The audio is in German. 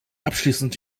abschließend